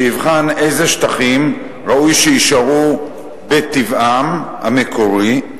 שיבחן אילו שטחים ראוי שיישארו בטבעם המקורי,